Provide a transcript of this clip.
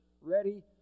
ready